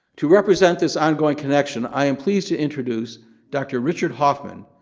to represent this ongoing connection, i am pleased to introduce dr. richard hoffman,